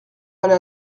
aller